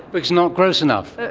but it's not gross enough?